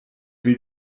will